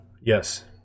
Yes